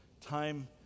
time